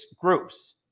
groups